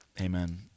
Amen